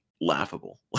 laughable